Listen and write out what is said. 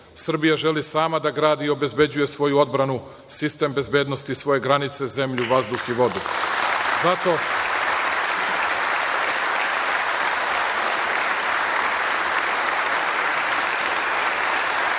Srbija želi sama da gradi i obezbeđuje svoju odbranu, sistem bezbednosti, svoje granice, zemlju, vazduh i vodu.